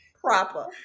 Proper